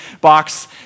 box